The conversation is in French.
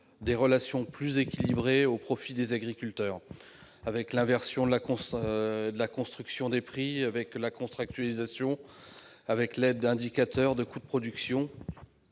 des relations plus équilibrées au profit des agriculteurs. Je pense à l'inversion de la construction des prix, à la contractualisation, à l'aide d'indicateurs de coûts de production,